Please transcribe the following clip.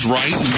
right